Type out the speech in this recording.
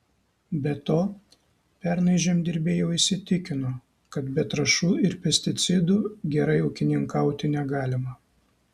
be to pernai žemdirbiai jau įsitikino kad be trąšų ir pesticidų gerai ūkininkauti negalima